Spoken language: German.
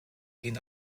ihn